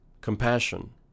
compassion